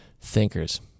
thinkers